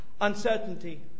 Uncertainty